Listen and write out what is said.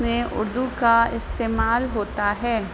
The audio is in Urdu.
میں اردو کا استعمال ہوتا ہے